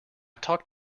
talked